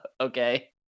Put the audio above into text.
Okay